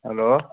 hello